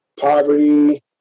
poverty